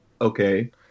Okay